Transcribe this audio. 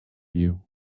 you